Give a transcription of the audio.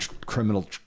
criminal